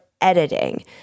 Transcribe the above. editing